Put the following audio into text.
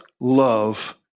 love